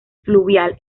fluvial